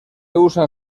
usan